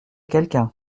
quelqu’un